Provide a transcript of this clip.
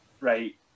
Right